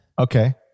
Okay